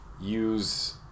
use